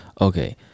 Okay